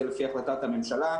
זה לפי החלטת הממשלה.